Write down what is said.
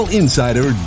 insider